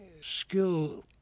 skill